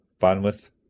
bandwidth